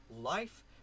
life